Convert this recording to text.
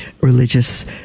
religious